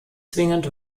zwingend